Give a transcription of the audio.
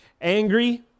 Angry